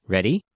Ready